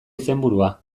izenburua